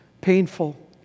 painful